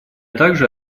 также